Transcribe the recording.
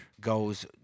goes